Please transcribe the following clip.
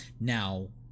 Now